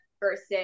versus